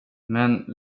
men